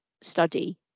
study